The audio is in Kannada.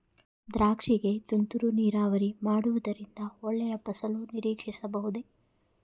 ದ್ರಾಕ್ಷಿ ಗೆ ತುಂತುರು ನೀರಾವರಿ ಮಾಡುವುದರಿಂದ ಒಳ್ಳೆಯ ಫಸಲು ನಿರೀಕ್ಷಿಸಬಹುದೇ?